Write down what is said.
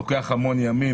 זה לוקח המון ימים,